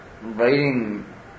writing